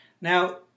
Now